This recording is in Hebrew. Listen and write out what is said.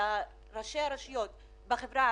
300 מיליון שקל לשלושה החודשים האלה?